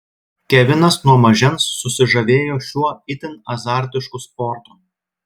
kevinas nuo mažens susižavėjo šiuo itin azartišku sportu